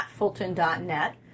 mattfulton.net